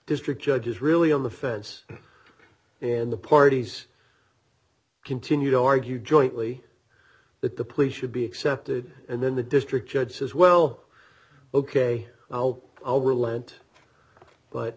district judge is really on the fence in the parties continue to argue jointly that the police should be accepted and then the district judge says well ok i'll be lent but